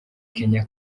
kenya